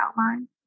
outline